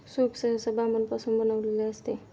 soup सहसा बांबूपासून बनविलेले असते